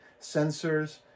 sensors